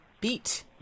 beat